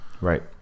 Right